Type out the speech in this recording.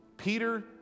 Peter